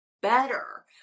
better